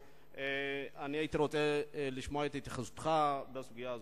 אבל הייתי רוצה לשמוע את התייחסותך לסוגיה הזאת.